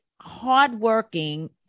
hardworking